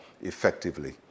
effectively